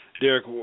Derek